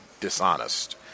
dishonest